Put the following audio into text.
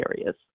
areas